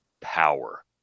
power